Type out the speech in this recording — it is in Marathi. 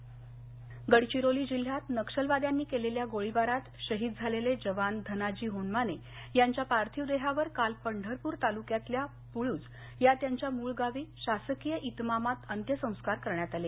शहीद अंत्यसंस्कार सोलापर गडचिरोली जिल्ह्यात नक्षलवाद्यांनी केलेल्या गोळीबारात शहीद झालेले जवान धनाजी होनमाने यांच्या पार्थिव देहावर काल पंढरपूर तालुक्यातल्या पुळज या त्यांच्या मूळ गावी शासकीय इतमामात अंत्यसंस्कार करण्यात आले